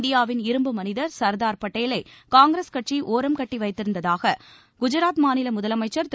இந்தியாவின் இரும்பு மனிதர் சர்தார் பட்டேலை காங்கிரஸ் கட்சி ஒரம் கட்டி வைத்திருந்ததாக குஜராத் மாநில முதலமைச்சர் திரு